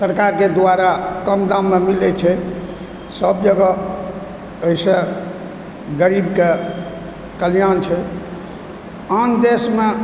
सरकारके द्वारा कम दाममे मिलय छै सभ जगह एहिसँ गरीबकेँ कल्याण छै आन देशमे